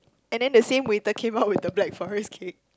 and then the same waiter came out with the black forest cake